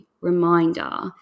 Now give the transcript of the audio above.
reminder